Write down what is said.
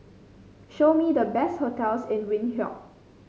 show me the best hotels in Windhoek